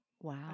Wow